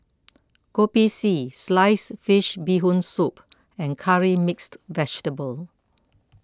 Kopi C Sliced Fish Bee Hoon Soup and Curry Mixed Vegetable